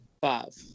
Five